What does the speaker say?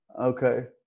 okay